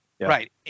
Right